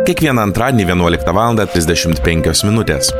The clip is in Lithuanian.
kiekvieną antradienį vienuoliktą valandą trisdešimt penkios minutes